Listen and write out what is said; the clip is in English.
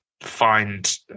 find